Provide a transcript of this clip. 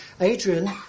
Adrian